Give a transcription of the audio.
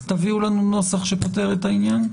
תביאו לנו נוסח שפותר את העניין?